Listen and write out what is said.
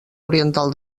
oriental